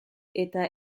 eta